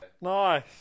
Nice